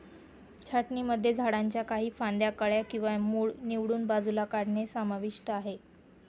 छाटणीमध्ये झाडांच्या काही फांद्या, कळ्या किंवा मूळ निवडून बाजूला काढणे समाविष्ट आहे